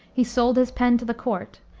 he sold his pen to the court,